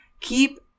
Keep